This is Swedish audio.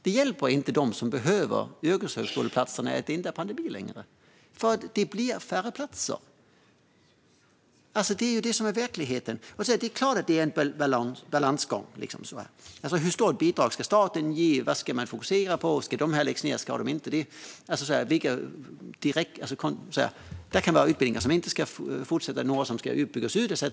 Inte heller de som behöver yrkeshögskoleplatserna blir hjälpta av att det inte längre är pandemi. Det blir färre platser. Det är ju det som är verkligheten. Det är klart att det är en balansgång när det gäller hur stora bidrag staten ska ge och vad man ska fokusera på. Det kan finnas utbildningar som inte ska fortsätta utan läggas ned, andra som ska byggas ut etcetera.